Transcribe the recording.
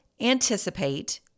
anticipate